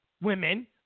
women